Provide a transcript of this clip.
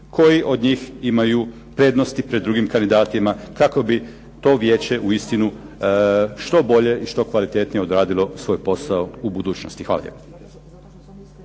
koji od njih imaju prednosti pred drugim kandidatima kako bi to vijeće uistinu što bolje i što kvalitetnije odradilo svoj posao u budućnosti. Hvala